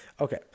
Okay